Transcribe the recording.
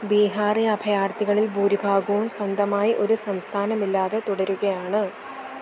ബിഹാറി അഭയാർഥികളിൽ ഭൂരിഭാഗവും സ്വന്തമായി ഒരു സംസ്ഥാനമില്ലാതെ തുടരുകയാണ്